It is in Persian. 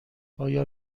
آیا